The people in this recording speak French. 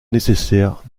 nécessaire